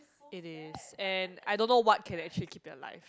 it is and I don't know what can actually keep it alive